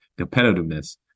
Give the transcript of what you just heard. competitiveness